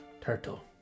Turtle